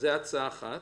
זו הצעה אחת.